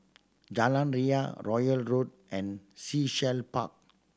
Jalan Ria Royal Road and Sea Shell Park